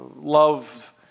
love